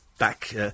Back